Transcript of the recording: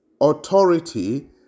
authority